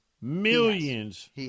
Millions